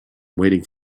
waiting